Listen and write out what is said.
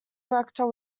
director